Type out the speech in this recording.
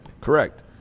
Correct